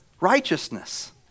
righteousness